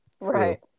Right